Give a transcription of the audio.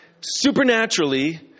supernaturally